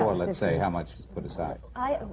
let's say, how much is put aside? a